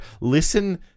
Listen